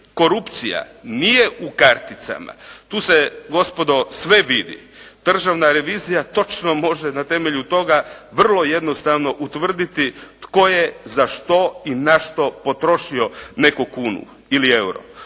korupcija nije u karticama. Tu se gospodo sve vidi. Državna revizija točno može na temelju toga vrlo jednostavno utvrditi tko je za što i na što potrošio neku kunu ili euro.